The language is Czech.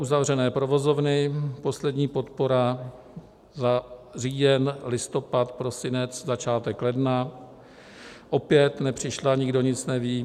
Uzavřené provozovny, poslední podpora za říjen, listopad, prosinec, začátek ledna opět nepřišla, nikdo nic neví.